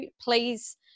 please